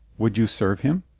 would you serve him?